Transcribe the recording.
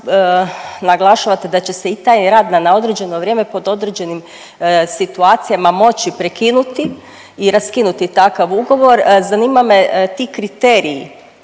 naglašavate da će se taj rad na neodređeno vrijeme pod određenim situacijama moći prekinuti i raskinuti takav ugovor. Zanima me ti kriteriji